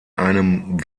einem